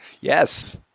Yes